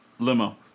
Limo